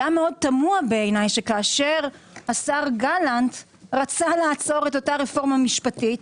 היה תמוה בעיניי שכאשר השר גלנט רצה לעצור את הרפורמה המשפטית,